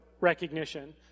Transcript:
recognition